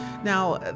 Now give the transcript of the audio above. Now